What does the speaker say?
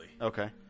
Okay